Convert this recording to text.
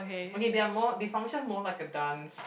okay there are more they function more like a dance